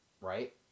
Right